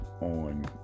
on